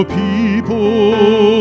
people